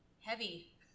heavy